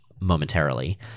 momentarily